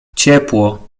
ciepło